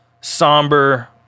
somber